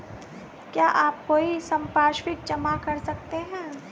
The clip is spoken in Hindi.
क्या आप कोई संपार्श्विक जमा कर सकते हैं?